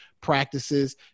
practices